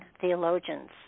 theologians